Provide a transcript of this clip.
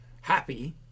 happy